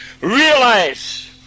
realize